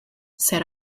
said